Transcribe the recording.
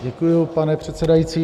Děkuji, pane předsedající.